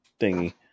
thingy